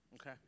Okay